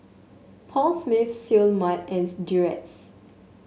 Paul Smith Seoul Mart and Durex